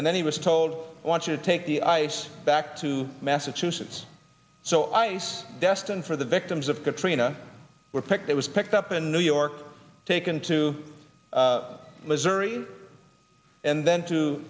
and then he was told i want you to take the ice back to massachusetts so i destined for the victims of katrina were picked it was picked up in new york taken to missouri and then to